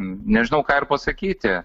nežinau ką ir pasakyti